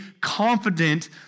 confident